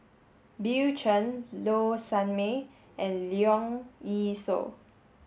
Bill Chen Low Sanmay and Leong Yee Soo